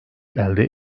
elde